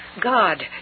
God